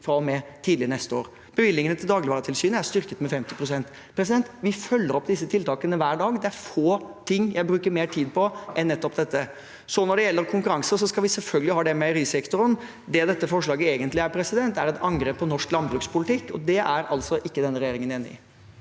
fra og med tidlig neste år. Bevilgningene til Dagligvaretilsynet er styrket med 50 pst. Vi følger opp disse tiltakene hver dag. Det er få ting jeg bruker mer tid på enn nettopp dette. Når det gjelder konkurranse, skal vi selvfølgelig ha det i meierisektoren. Det dette forslaget egentlig er, er et angrep på norsk landbrukspolitikk, og det er altså ikke denne regjeringen enig i.